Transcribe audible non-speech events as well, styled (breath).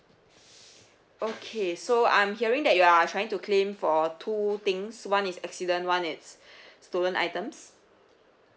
okay so I'm hearing that you are trying to claim for two things one is accident one is (breath) stolen items